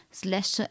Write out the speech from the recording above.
slash